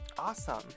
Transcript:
awesome